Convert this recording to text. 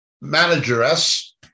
manageress